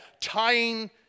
tying